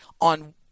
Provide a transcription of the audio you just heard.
on